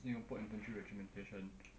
singapore infantry regimentation